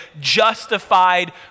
justified